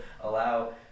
allow